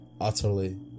utterly